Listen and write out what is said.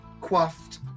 quaffed